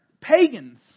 pagans